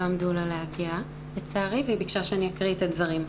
עמדו לה והיא ביקשה שאני אקריא את הדברים.